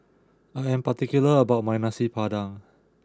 I am particular about my Nasi Padang